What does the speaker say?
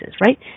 right